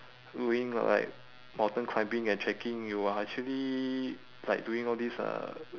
doing like mountain climbing and trekking you are actually like doing all these uh